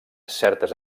certes